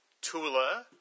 Tula